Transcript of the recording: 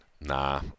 nah